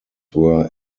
were